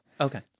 Okay